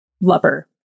lover